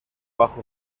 bajo